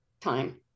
time